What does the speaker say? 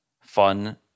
fun